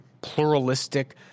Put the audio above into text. pluralistic